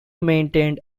maintained